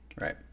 Right